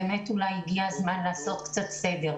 באמת אולי הגיע הזמן לעשות קצת סדר.